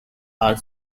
are